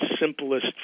simplest